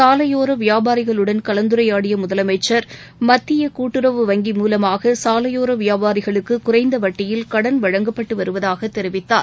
சாலையோர வியாபாரிகளுடன் கலந்துரையாடிய முதலமைச்சர் மத்திய கூட்டுறவு வங்கி மூலமாக சாலையோர வியாபாரிகளுக்கு குறைந்த வட்டியில் கடன் வழங்கப்பட்டு வருவதாக தெரிவித்தார்